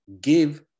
give